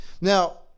Now